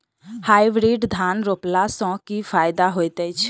Hybrid धान रोपला सँ की फायदा होइत अछि?